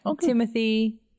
Timothy